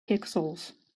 pixels